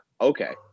okay